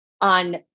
on